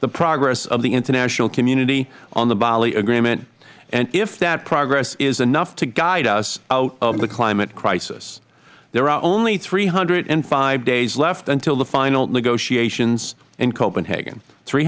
the progress of the international community on the bali agreement and whether that progress is enough to guide us out of the climate crisis there are only three hundred and five days left until the final negotiations in copenhagen three